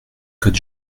code